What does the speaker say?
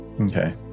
Okay